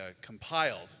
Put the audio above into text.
compiled